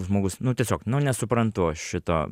žmogus nu tiesiog nu nesuprantu aš šito